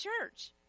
church